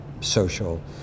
social